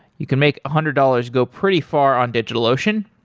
you can make a hundred dollars go pretty far on digitalocean.